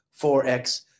4X